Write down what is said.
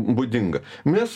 būdinga mes